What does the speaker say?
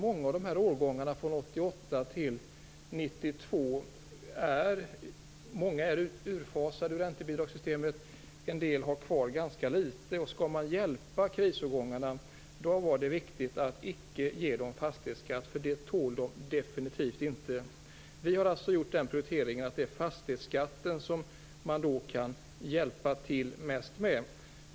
Många av årgångarna från 1988 till 1992 är utfasade ur räntebidragssystemet. En del har kvar ganska litet. Skall man hjälpa krisårgångarna är det viktigt att inte ge dem fastighetsskatt, för det tål de definitivt inte. Vi har alltså gjort den prioriteringen att det är fastighetsskatten som man kan hjälpa till mest med.